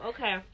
Okay